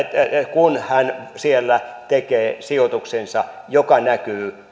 kun hän siellä tekee sijoituksensa joka näkyy